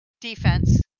defense